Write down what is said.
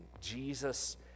Jesus